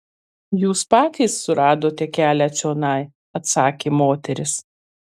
jūs patys suradote kelią čionai atsakė moteris